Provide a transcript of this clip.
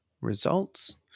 results